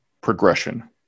progression